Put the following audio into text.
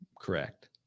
Correct